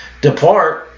depart